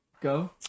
go